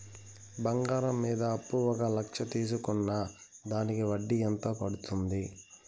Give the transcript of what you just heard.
బంగారం మీద అప్పు ఒక లక్ష తీసుకున్న దానికి వడ్డీ ఎంత పడ్తుంది?